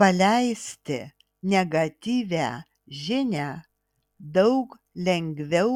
paleisti negatyvią žinią daug lengviau